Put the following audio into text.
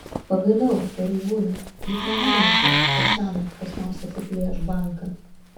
pagaliau pareigūne juk nemanote kad šiąnakt kas nors apiplėš banką